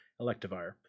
Electivire